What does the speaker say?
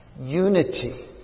Unity